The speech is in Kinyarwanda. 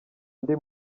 ndi